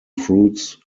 fruits